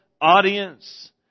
audience